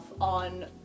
on